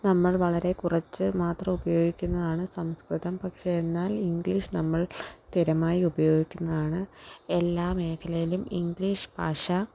നമ്മൾ വളരെ കുറച്ച് മാത്രം ഉപയോയിക്കുന്നതാണ് സംസ്കൃതം പക്ഷേ എന്നാൽ ഇംഗ്ലീഷ് നമ്മൾ സ്ഥിരമായി ഉപയോഗിക്കുന്നതാണ് എല്ലാ മേഖലയിലും ഇംഗ്ലീഷ് ഭാഷ